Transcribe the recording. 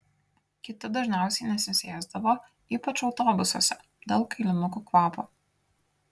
kiti dažniausiai nesisėsdavo ypač autobusuose dėl kailinukų kvapo